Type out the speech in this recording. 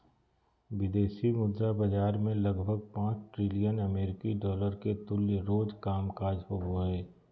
विदेशी मुद्रा बाजार मे लगभग पांच ट्रिलियन अमेरिकी डॉलर के तुल्य रोज कामकाज होवो हय